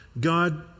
God